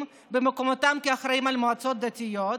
במקומותיהם כאחראים למועצות הדתיות,